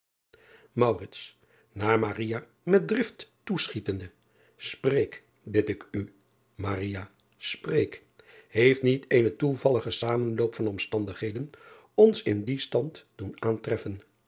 met drift toeschietende preek bid ik u spreek eeft niet eene toevallige zamenloop van omstandigheden ons in dien stand doen aantreffen